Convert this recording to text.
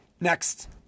Next